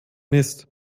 mist